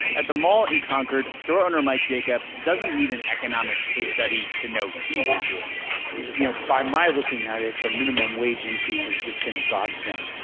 at the mall in concord, store owner jacobs doesn't need an economics case study to know he's been doing well you know by my looking at it, the minimum wage increase has just been a godsend,